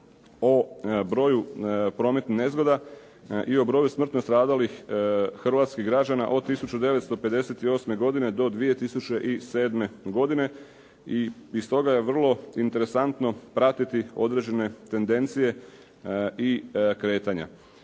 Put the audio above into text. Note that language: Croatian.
o broju prometnih nezgoda i o broju smrtno stradalih hrvatskih građana od 1958. godine do 2007. godine. I iz toga je vrlo interesantno pratiti određene tendencije i kretanja.